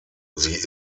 sie